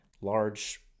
large